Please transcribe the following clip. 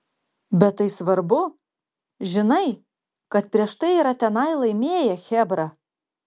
bet tai svarbu žinai kad prieš tai yra tenai laimėję chebra